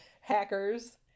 Hackers